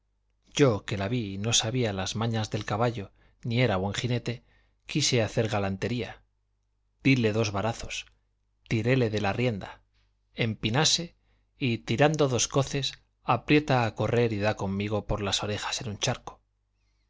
yo que la vi y no sabía las mañas del caballo ni era buen jinete quise hacer galantería dile dos varazos tiréle de la rienda empínase y tirando dos coces aprieta a correr y da conmigo por las orejas en un charco